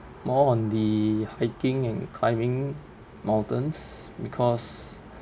more on the hiking and climbing mountains because